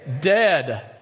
Dead